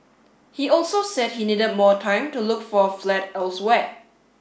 he also said he needed more time to look for a flat elsewhere